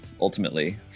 ultimately